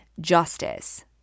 justice